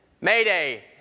mayday